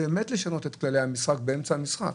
זה באמת לשנות את כללי המשחק באמצע המשחק.